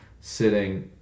sitting